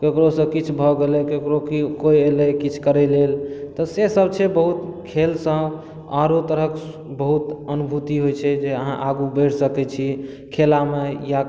केकरो सॅं किछु भऽ गेलै केकरो कोइ एलै किछु करै लऽ तऽ से सब छै बहुत खेल सॅं आओरो तरहके बहुत अनुभूति होइ छै जे अहाँ आगू बढ़ि सकै छी खेला मे या